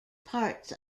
parts